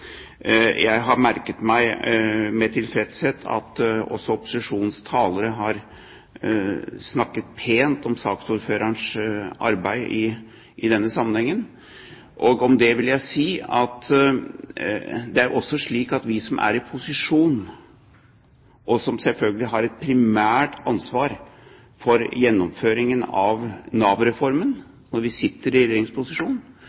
Jeg har merket meg med tilfredshet at også opposisjonens talere har snakket pent om saksordførerens arbeid i denne sammenhengen. Om det vil jeg si at det er også slik at vi som er i posisjon, og som selvfølgelig har et primært ansvar for gjennomføringen av